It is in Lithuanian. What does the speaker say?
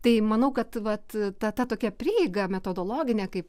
tai manau kad vat ta ta tokia prieiga metodologinė kaip